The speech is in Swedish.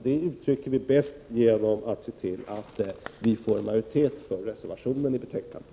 Det uttrycker vi bäst genom att se till att få en majoritet för reservationen i betänkandet.